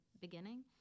beginning